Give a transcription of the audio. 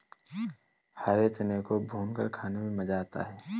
हरे चने को भूंजकर खाने में मज़ा आता है